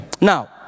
Now